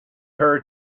her